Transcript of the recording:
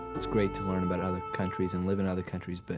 it's great to learn about other countries and live in other countries, but